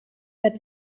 that